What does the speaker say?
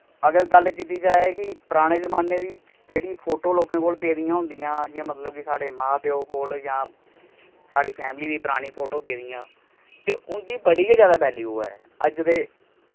अगर गल्ल कीती जाए कि पराने जमाने दी जेह्ड़ी फोटो लोकें कोल पेदियां होंदियां जियां मतलब कि साढ़े मां प्यो कोल जां साढ़ी फैमली दी परानी फोटो पेदियां ते उं'दी बड़ी गै ज्यादा वेल्यू ऐ अज्ज दे